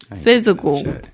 physical